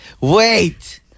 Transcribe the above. Wait